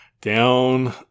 down